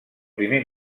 primer